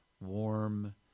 warm